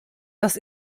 dass